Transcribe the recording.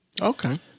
Okay